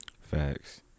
Facts